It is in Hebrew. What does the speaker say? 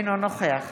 אינו נוכח